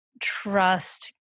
trust